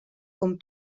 com